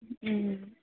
మ్మ్